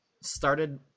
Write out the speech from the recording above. started